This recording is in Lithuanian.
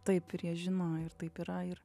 taip ir jie žino ir taip yra ir